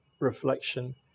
reflection